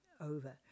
over